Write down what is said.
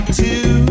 two